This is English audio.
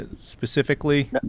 specifically